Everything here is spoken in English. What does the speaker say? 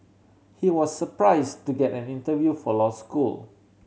he was surprise to get an interview for law school